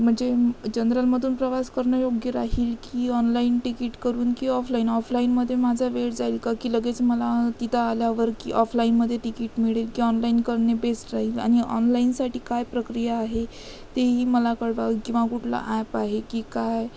म्हणजे जनरलमधून प्रवास करणं योग्य राहील की ऑनलाईन तिकीट करून की ऑफलाईन ऑफलाईनमध्ये माझा वेळ जाईल का की लगेच मला तिथं आल्यावर की ऑफलाईनमध्ये तिकीट मिळेल की ऑनलाईन करणे बेस्ट राहील आणि ऑनलाईनसाठी काय प्रक्रिया आहे तेही मला कळवाल किंवा कुठला ॲप आहे की काय